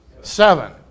seven